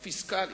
הפיסקלית,